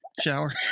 shower